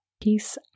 peace